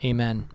Amen